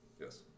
Yes